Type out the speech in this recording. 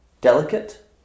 Delicate